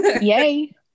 Yay